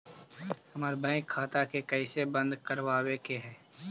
हमर बैंक खाता के कैसे बंद करबाबे के है?